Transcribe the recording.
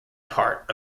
part